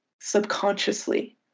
subconsciously